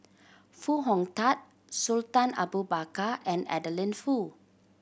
Foo Hong Tatt Sultan Abu Bakar and Adeline Foo